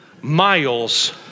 miles